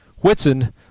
Whitson